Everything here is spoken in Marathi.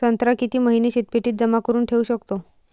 संत्रा किती महिने शीतपेटीत जमा करुन ठेऊ शकतो?